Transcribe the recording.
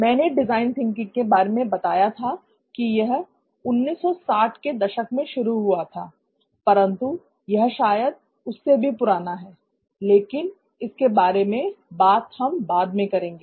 मैंने design thinking के बारे में बताया था कि यह 1960 के दशक में शुरू हुआ था परंतु यह शायद उससे भी पुराना है लेकिन इसके बारे मे बात हम बाद में करेंगे